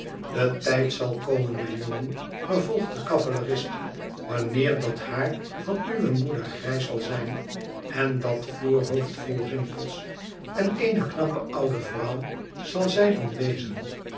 de tijd zal komen mijn jongen vervolgt de cavalerist wanneer dat haar van uwe moeder grijs zal zijn en dat voorhoofd vol rimpels en eene knappe oude vrouw zal zij dan wezen